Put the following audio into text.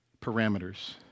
parameters